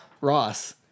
Ross